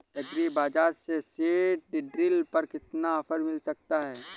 Agree Bazaar से seed drill पर कितना ऑफर मिल सकता है?